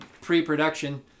pre-production